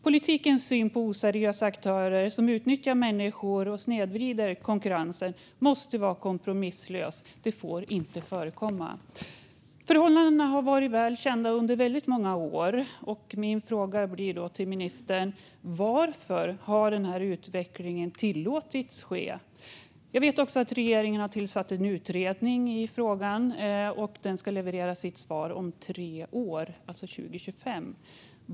Politikens syn på oseriösa aktörer som utnyttjar människor och snedvrider konkurrensen måste vara kompromisslös: Det får inte förekomma. Förhållandena har varit väl kända under många år, så min fråga till ministern blir: Varför har denna utveckling tillåtits? Jag vet att regeringen har tillsatt en utredning som ska leverera sitt svar om tre år, alltså 2025.